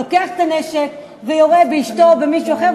לוקח את הנשק ויורה באשתו או במישהו אחר,